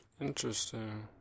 Interesting